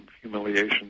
humiliation